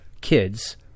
kids